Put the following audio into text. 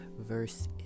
verse